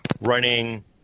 running